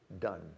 done